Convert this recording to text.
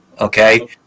okay